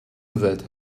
that